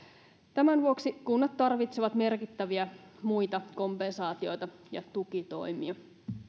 tämän vuoksi kunnat tarvitsevat merkittäviä muita kompensaatioita ja tukitoimia